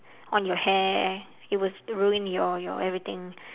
on your hair it will ruin your your everything